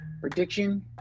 Prediction